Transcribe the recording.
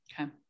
Okay